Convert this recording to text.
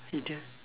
you don't